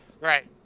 Right